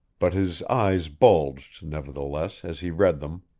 but his eyes bulged, nevertheless, as he read them.